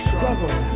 Struggle